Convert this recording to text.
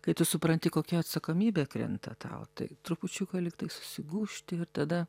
kai tu supranti kokia atsakamybė krenta tau tai trupučiuką lyg tai susigūžti tada